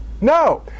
No